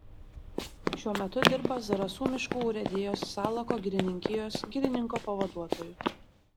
šiuo metu dirba zarasų miškų urėdijos salako girininkijos girininko pavaduotoju